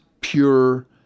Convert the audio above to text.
pure